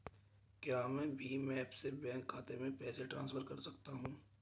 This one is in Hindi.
क्या मैं भीम ऐप से बैंक खाते में पैसे ट्रांसफर कर सकता हूँ?